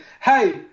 hey